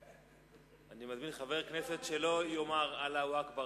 אני מזמין חבר כנסת שלא יאמר אללה אכבר,